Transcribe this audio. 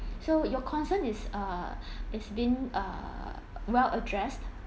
so your concern is uh it's been uh well addressed